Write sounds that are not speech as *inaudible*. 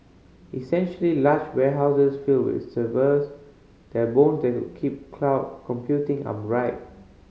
essentially large warehouses filled with servers they are bones that *unintelligible* keep cloud computing upright